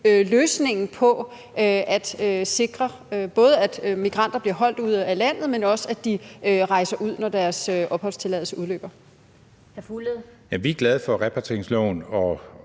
løsningen på at sikre, både at migranter bliver holdt ude af landet, men også at de rejser ud, når deres opholdstilladelse udløber? Kl. 13:09 Den fg.